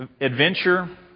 adventure